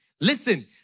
Listen